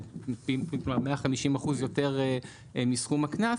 150% יותר מסכום הקנס,